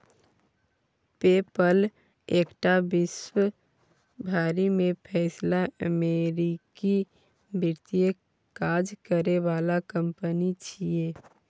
पे पल एकटा विश्व भरि में फैलल अमेरिकी वित्तीय काज करे बला कंपनी छिये